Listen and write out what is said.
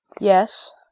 Yes